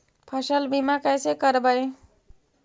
फसल बीमा कैसे करबइ?